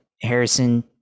harrison